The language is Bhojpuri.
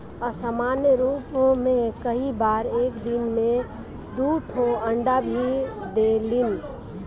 असामान्य रूप में कई बार एक दिन में दू ठो अंडा भी देलिन